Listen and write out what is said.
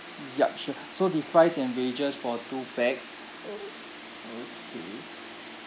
yup sure so the fries and wedges for two pax o~ okay